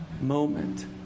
moment